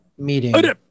meeting